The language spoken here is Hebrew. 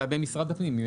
אולי במשרד הפנים.